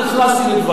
אני לא נכנס לדבריך.